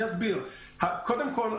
קודם כל,